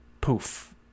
poof